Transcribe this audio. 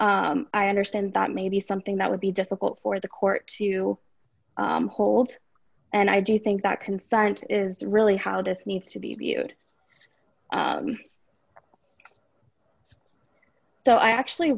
i understand that may be something that would be difficult for the court to hold and i do think that consent is really how this needs to be viewed so i actually